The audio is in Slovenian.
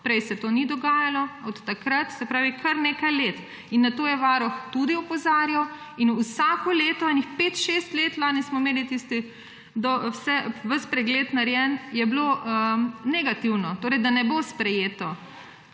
Prej se to ni dogajalo, od takrat pa, se pravi kar nekaj let. Na to je Varuh tudi opozarjal in vsako leto kakšnih pet, šest let, lani smo imeli ves pregled narejen, je bilo negativno, torej da ne bo sprejeto,